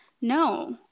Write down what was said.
no